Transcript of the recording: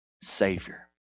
Savior